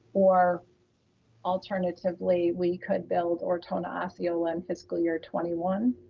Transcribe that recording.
or alternatively we could build ortona osceola in fiscal year twenty one,